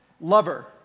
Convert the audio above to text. lover